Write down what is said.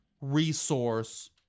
resource